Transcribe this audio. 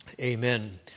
amen